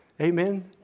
Amen